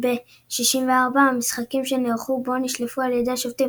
וב-64 המשחקים שנערכו בו נשלפו על ידי השופטים